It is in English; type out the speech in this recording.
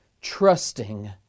trusting